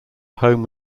home